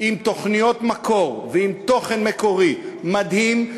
עם תוכניות מקור ועם תוכן מקורי מדהים,